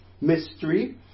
mystery